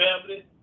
family